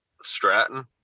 Stratton